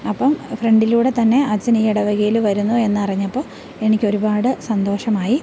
അപ്പം ഫ്രണ്ടിലൂടെ തന്നെ അച്ഛൻ ഈ ഇടവകയിൽ വരുന്നു എന്ന് അറിഞ്ഞപ്പോൾ എനിക്ക് ഒരുപാട് സന്തോഷമായി